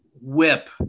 whip